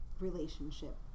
relationship